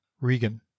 Regan